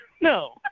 no